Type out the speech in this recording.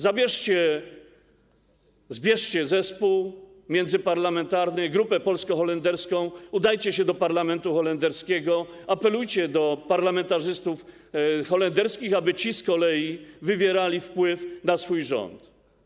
Zbierzcie zespół międzyparlamentarny, grupę polsko-holenderską, udajcie się do parlamentu holenderskiego, apelujcie do parlamentarzystów holenderskich, aby ci z kolei wywierali wpływ na swój rząd.